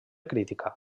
crítica